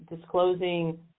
disclosing